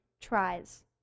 tries